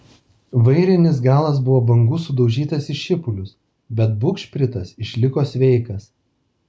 vairinis galas buvo bangų sudaužytas į šipulius bet bugšpritas išliko sveikas